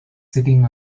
sitting